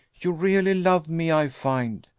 you really love me, i find.